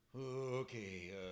okay